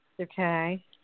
okay